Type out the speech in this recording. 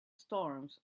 storms